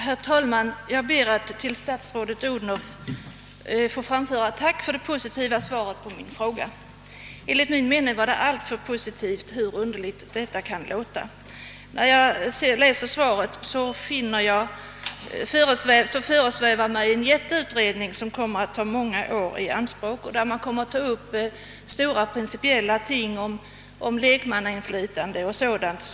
Herr talman! Jag ber att få tacka statsrådet Odhnoff för det positiva svaret på min fråga. Enligt min mening är det — hur underligt detta än kan låta — alltför positivt. När jag läser svaret föresvävar mig en jätteutredning, som kommer att ta många år i anspråk och som kommer att beröra stora principiella frågor om lekmannainflytande och dylikt.